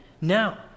now